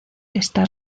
está